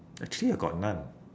actually I got none